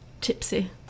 Tipsy